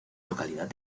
localidad